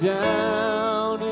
down